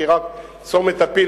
כי רק "צומת הפיל",